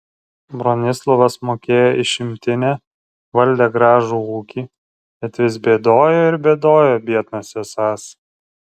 bronislovas mokėjo išimtinę valdė gražų ūkį bet vis bėdojo ir bėdojo biednas esąs